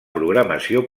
programació